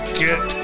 get